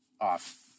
off